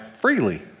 freely